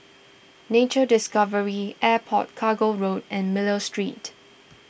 Nature Discovery Airport Cargo Road and Miller Street